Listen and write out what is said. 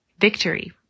victory